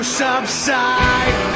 subside